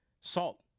Salt